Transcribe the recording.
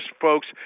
folks